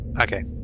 okay